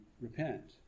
repent